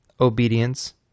obedience